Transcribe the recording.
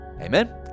amen